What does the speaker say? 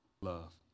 love